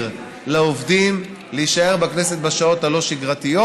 לעובדים להישאר בכנסת בשעות הלא-שגרתיות,